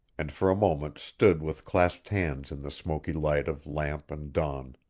and for a moment stood with clasped hands in the smoky light of lamp and dawn.